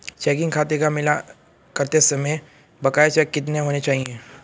Checking खाते का मिलान करते समय बकाया चेक कितने होने चाहिए?